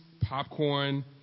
popcorn